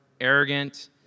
arrogant